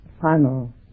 final